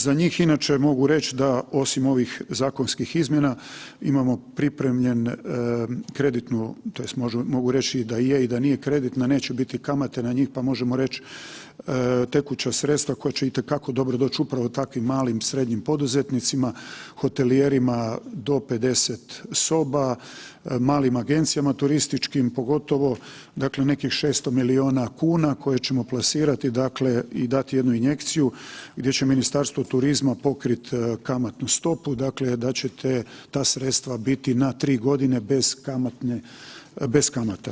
Za njih inače mogu reć da osim ovih zakonskih izmjena imamo pripremljen kreditnu tj. mogu reć i da je i da nije kreditna, neće biti kamate na njih, pa možemo reć tekuća sredstva koja će itekako dobro doć upravo takvim malim i srednjim poduzetnica, hotelijerima do 50 soba, malim agencijama turističkim, pogotovo dakle nekih 600 milijuna kuna koje ćemo plasirati, dakle i dat jednu injekciju gdje će Ministarstvo turizma pokrit kamatnu stopu, dakle da ćete ta sredstva biti na 3.g. bez kamatne, bez kamata.